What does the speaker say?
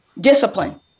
discipline